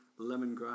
lemongrass